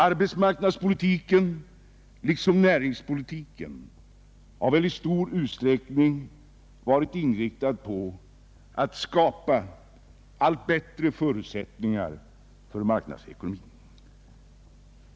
Arbetsmarknadspolitiken liksom näringspolitiken har väl i stor utsträckning varit inriktad på att skapa allt bättre förutsättningar för marknadsekonomin.